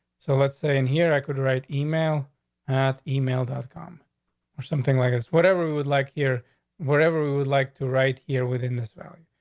so let's say in here i could write email at email dot com or something like this, whatever would like, hear whatever would like to right here within this value.